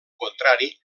contrari